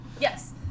Yes